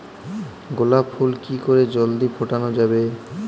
গোলাপ ফুল কি করে জলদি ফোটানো যাবে?